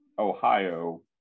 Ohio